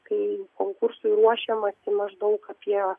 kai konkursui ruošiamasi maždaug apie